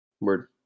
word